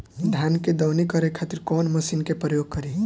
धान के दवनी करे खातिर कवन मशीन के प्रयोग करी?